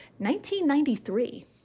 1993